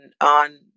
on